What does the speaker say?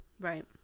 Right